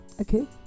okay